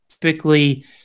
typically